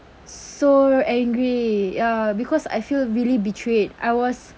so angry ya because I feel really betrayed I was